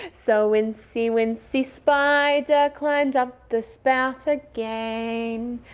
so incy wincy spider climbed up the spout again.